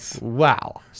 Wow